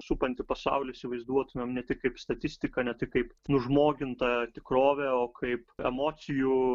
supantį pasaulį įsivaizduotumėm ne tik kaip statistiką ne tik kaip nužmogintą tikrovą o kaip emocijų